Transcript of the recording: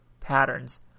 patterns